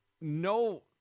no